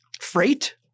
Freight